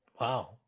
Wow